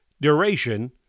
duration